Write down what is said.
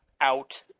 out